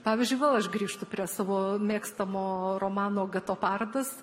pavyzdžiui vėl aš grįžtu prie savo mėgstamo romano gatopardas